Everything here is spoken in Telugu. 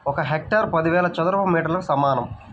ఒక హెక్టారు పదివేల చదరపు మీటర్లకు సమానం